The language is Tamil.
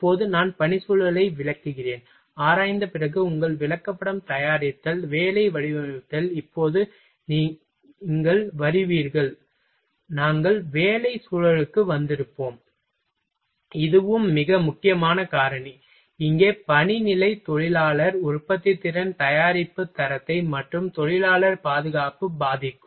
இப்போது நான் பணிச்சூழலை விளக்குகிறேன் ஆராய்ந்த பிறகு உங்கள் விளக்கப்படம் தயாரித்தல் வேலை வடிவமைத்தல் இப்போது நீங்கள் வருவீர்கள் நாங்கள் வேலை சூழலுக்கு வந்திருப்போம் இதுவும் மிக முக்கியமான காரணி இங்கே பணி நிலை தொழிலாளர் உற்பத்தித்திறன் தயாரிப்பு தரத்தை மற்றும் தொழிலாளர் பாதுகாப்பு பாதிக்கும்